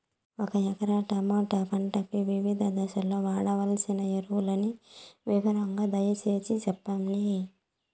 ఒక ఎకరా టమోటా పంటకు వివిధ దశల్లో వాడవలసిన ఎరువులని వివరంగా దయ సేసి చెప్పండి?